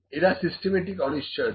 এরা সিস্টেমেটিক অনিশ্চয়তা